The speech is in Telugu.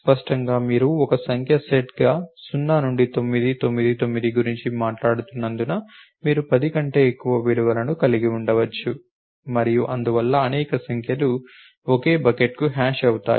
స్పష్టంగా మీరు ఒక సంఖ్య సెట్గా 0 నుండి 9 9 9 గురించి మాట్లాడుతున్నందున మీరు 10 కంటే ఎక్కువ విలువలను కలిగి ఉండవచ్చు మరియు అందువల్ల అనేక సంఖ్యలు ఒకే బకెట్కు హ్యాష్ అవుతాయి